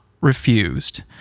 refused